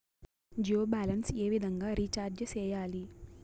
Jio balance ఏ విధంగా recharge సేయాలి?